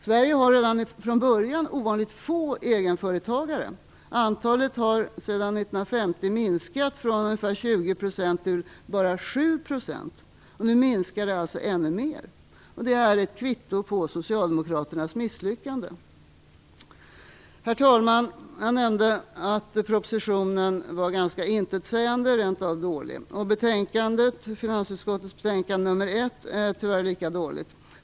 Sverige har redan från början ovanligt få egenföretagare, och antalet har sedan 1950 minskat från ungefär 20 % till bara 7 %. Nu minskar det alltså ännu mer. Det är ett kvitto på socialdemokraternas misslyckande. Herr talman! Jag nämnde att propositionen är ganska intetsägande och rent av dålig. Finansutskottets betänkande nr 1 är tyvärr lika dåligt.